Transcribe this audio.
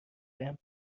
بهم